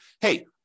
hey